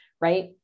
Right